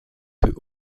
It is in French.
peut